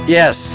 yes